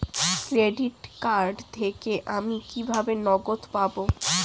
Credit card থেকে আমি কিভাবে নগদ পাব?